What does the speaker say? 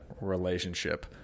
relationship